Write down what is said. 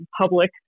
public